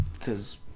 Cause